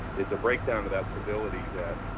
is a breakdown to that civility that